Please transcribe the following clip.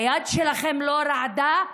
היד שלכם לא רעדה?